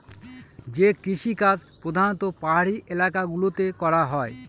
যে কৃষিকাজ প্রধানত পাহাড়ি এলাকা গুলোতে করা হয়